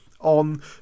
on